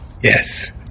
Yes